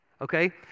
Okay